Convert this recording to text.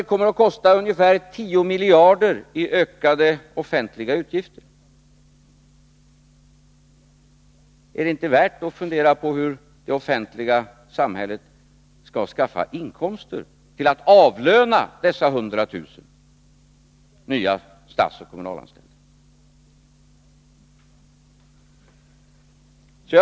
Det kommer att kosta ungefär 10 miljarder i ökade offentliga utgifter. Är det inte värt att fundera på hur det offentliga samhället skall skaffa inkomster till att avlöna dessa 100 000 nya statsoch kommunalanställda? C.-H.